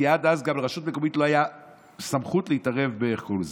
כי עד אז לרשות מקומית לא הייתה סמכות להתערב בכל זה.